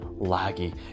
laggy